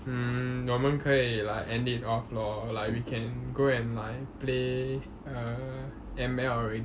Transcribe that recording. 我们可以 like end it off lor like we can go and like play err M_L already lor mobile legends liao okay